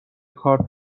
کار